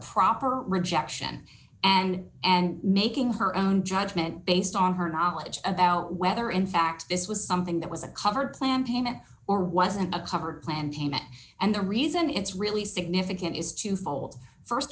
proper rejection and and making her own judgment based on her knowledge about whether in fact this was something that was a covered plan payment or wasn't a covered plan payment and the reason it's really significant is twofold